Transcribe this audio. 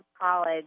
college